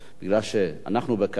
מכיוון שאנחנו בקיץ,